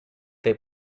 they